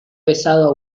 besado